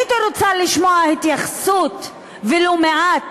הייתי רוצה לשמוע התייחסות, ולו מעט.